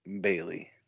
Bailey